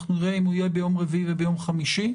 נראה אם הוא יהיה ביום רביעי או ביום חמישי.